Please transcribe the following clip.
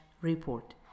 report